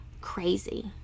crazy